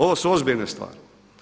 Ovo su ozbiljne stvari.